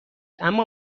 اما